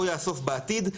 או יאסוף בעתיד,